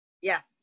Yes